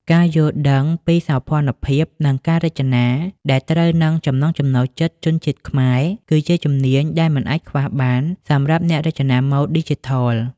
ការយល់ដឹងពីសោភ័ណភាព និងការរចនាដែលត្រូវនឹងចំណង់ចំណូលចិត្តជនជាតិខ្មែរ គឺជាជំនាញដែលមិនអាចខ្វះបានសម្រាប់អ្នករចនាម៉ូដឌីជីថល។